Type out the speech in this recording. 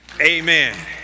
Amen